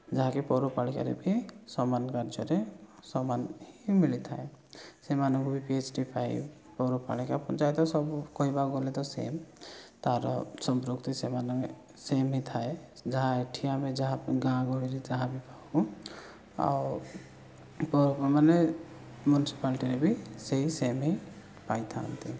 ଯାହାକି ପୌରପାଳିକାରେ ବି ସମାନ କାର୍ଯ୍ୟରେ ସମାନ ବି ମିଳିଥାଏ ସେମାନଙ୍କୁ ବି ପି ଏଚ୍ ଡ଼ି ଫାଇପ୍ ପୌରପାଳିକା ପଞ୍ଚାୟତ ସବୁ କହିବାକୁ ଗଲେ ତ ସେମ୍ ତା'ର ସମ୍ପୃକ୍ତି ସେମାନେ ସେମ୍ ହିଁ ଥାଏ ଯାହା ଏଠି ଆମେ ଯାହା ଗାଁ ଗହଳିରେ ଯାହା ବି ପାଉ ଆଉ ମାନେ ମ୍ୟୁନିସିପାଲ୍ଟିରେ ବି ସେହି ସେମ୍ ହିଁ ପାଇଥାନ୍ତି